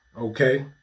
Okay